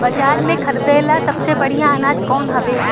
बाजार में खरदे ला सबसे बढ़ियां अनाज कवन हवे?